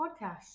podcast